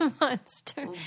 Monster